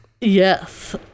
yes